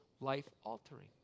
life-altering